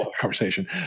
conversation